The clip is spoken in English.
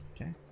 Okay